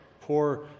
Poor